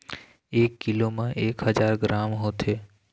एक कीलो म एक हजार ग्राम होथे